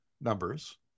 numbers